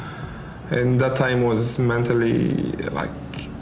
and that time was mentally like.